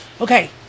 Okay